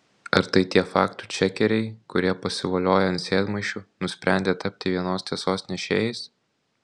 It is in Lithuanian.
ar tai tie faktų čekeriai kurie pasivolioję ant sėdmaišių nusprendė tapti vienos tiesos nešėjais